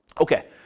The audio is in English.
Okay